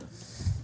שהקראתי.